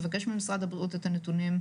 לבקש ממשרד הבריאות את הנתונים,